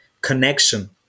connection